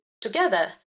together